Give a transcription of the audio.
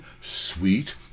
sweet